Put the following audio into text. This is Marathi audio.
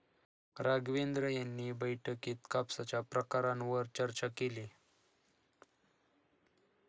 राघवेंद्र यांनी बैठकीत कापसाच्या प्रकारांवर चर्चा केली